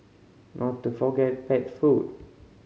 not to forget pet food